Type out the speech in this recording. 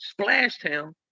Splashtown